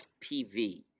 FPV